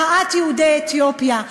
מחאת יהודי אתיופיה,